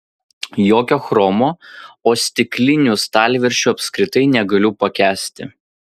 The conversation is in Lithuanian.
jokio chromo o stiklinių stalviršių apskritai negaliu pakęsti